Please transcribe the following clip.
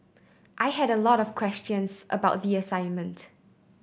I had a lot of questions about the assignment